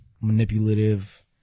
manipulative